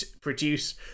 produce